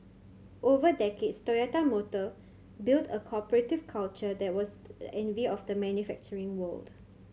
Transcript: over decades Toyota Motor built a corporative culture that was the envy of the manufacturing world